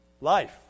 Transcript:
Life